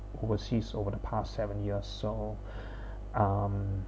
overseas over the past seven years so um